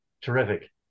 terrific